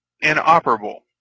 inoperable